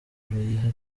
yihariye